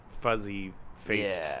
fuzzy-faced